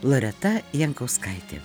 loreta jankauskaitė